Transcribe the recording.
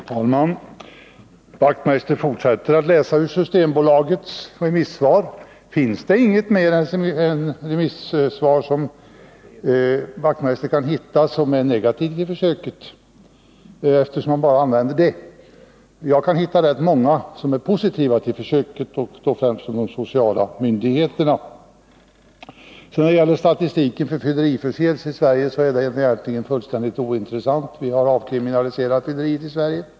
Herr talman! Knut Wachtmeister fortsätter att läsa ur Systembolagets remissvar. Kan inte Knut Wachtmeister hitta något mer remissvar som är negativt till försöket? Jag kan hitta rätt många som är positiva till försöket, främst från de sociala myndigheterna. Statistiken för fylleriförseelser i Sverige är helt ointressant, eftersom vi har avkriminaliserat fylleriet i Sverige.